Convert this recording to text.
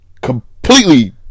Completely